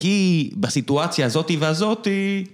כי בסיטואציה הזאתי והזאתי!